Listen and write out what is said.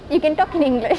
you can talk in english